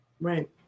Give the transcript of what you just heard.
right